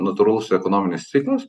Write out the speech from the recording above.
natūralus ekonominius ciklus